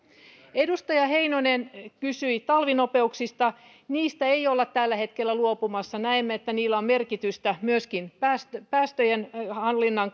edustaja heinonen kysyi talvinopeuksista niistä ei olla tällä hetkellä luopumassa näemme että niillä on merkitystä myöskin päästöjen hallinnan